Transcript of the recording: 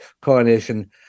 coronation